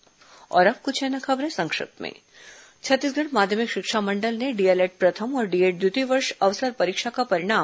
संक्षिप्त समाचार अब कुछ अन्य खबरें संक्षिप्त में छत्तीसगढ़ माध्यमिक शिक्षा मंडल ने डीएलएड प्रथम और डीएड द्वितीय वर्ष अवसर परीक्षा का परिणाम